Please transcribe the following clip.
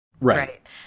Right